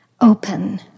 Open